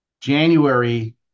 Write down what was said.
January